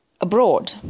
abroad